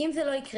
כי אם זה לא יקרה,